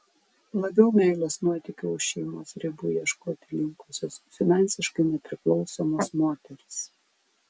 labiau meilės nuotykių už šeimos ribų ieškoti linkusios finansiškai nepriklausomos moterys